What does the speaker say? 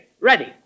Ready